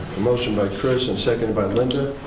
the motion by curtis and seconded by linda.